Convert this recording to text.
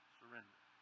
surrender